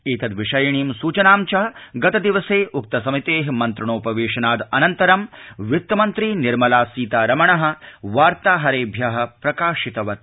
एतद विषयिणीं सूचनां च गतदिवसे उक्त समितेः मन्त्रणोप वेशनाद अनन्तरं वित्तमन्त्री निर्मला सीतारामन् वार्ताहरेभ्यःप्रकाशितवती